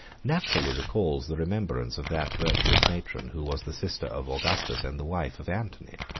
naturally recalls the remembrance of that virtuous matron who was the sister of augustus, and the wife of antony.